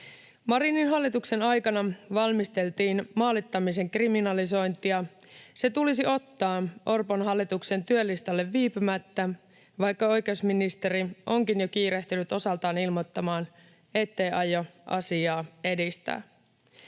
Marinin hallituksen aikana valmisteltiin maalittamisen kriminalisointia. Se tulisi ottaa Orpon hallituksen työlistalle viipymättä, vaikka oikeusministeri onkin jo kiirehtinyt osaltaan ilmoittamaan, ettei aio asiaa edistää.